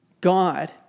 God